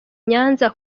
nyanza